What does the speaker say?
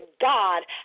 God